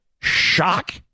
shock